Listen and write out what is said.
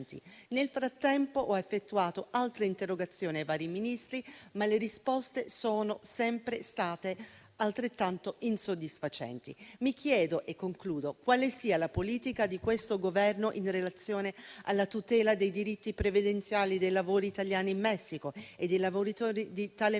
Nel frattempo, ho indirizzato altre interrogazioni ai vari Ministri, ma le risposte sono sempre state altrettanto insoddisfacenti. Mi chiedo, e concludo, signora Presidente, quale sia la politica del Governo in relazione alla tutela dei diritti previdenziali dei lavoratori italiani in Messico e dei lavoratori di tale Paese